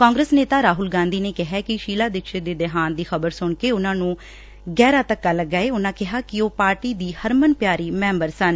ਕਾਂਗਰਸ ਨੇਤਾ ਰਾਹੁਲ ਗਾਂਧੀ ਨੇ ਕਿਹਾ ਕਿ ਸ਼ੀਲਾ ਦੀਕਸ਼ਤ ਦੇ ਦੇਹਾਂਤ ਦੀ ਖ਼ਬਰ ਸੁਣ ਕੇ ਉਨ੍ਪਾ ਨੂੰ ਗਹਿਰਾ ਧੱਕਾ ਲੱਗਾ ਏ ਉਨ੍ਪਾ ਕਿਹਾ ਕਿ ਉਹ ਪਾਰਟੀ ਦੀ ਹਰਮਨ ਪਿਆਰੀ ਮੈਂਬਰ ਸਨ